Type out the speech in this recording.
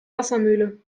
wassermühle